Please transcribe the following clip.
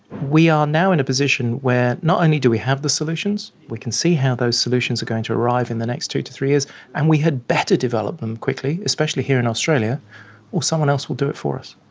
we are now in a position where not only do we have the solutions, we can see how those solutions are going to arrive in the next two to three years and we had better develop them quickly, especially here in australia or someone else will do it for us.